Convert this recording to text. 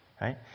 right